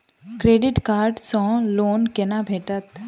Credit card सँ loan कोना भेटत?